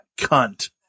cunt